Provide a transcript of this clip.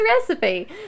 recipe